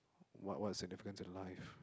what what significance in life